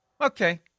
okay